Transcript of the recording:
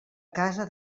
casa